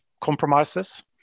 compromises